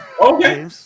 Okay